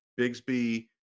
Bigsby